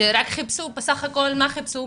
בסך הכול מה חיפשו?